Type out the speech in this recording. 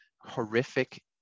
horrific